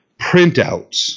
printouts